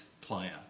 player